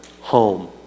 home